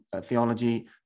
theology